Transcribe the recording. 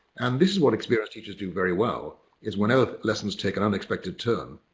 and this is what experienced teachers do very well is whenever lessons take an unexpected turn,